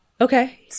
okay